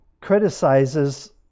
criticizes